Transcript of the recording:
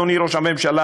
אדוני ראש הממשלה,